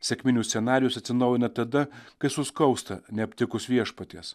sekminių scenarijus atsinaujina tada kai suskausta neaptikus viešpaties